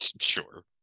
Sure